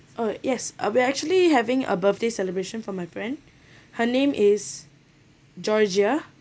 orh yes uh we actually having a birthday celebration for my friend her name is georgia